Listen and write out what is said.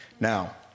Now